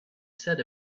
said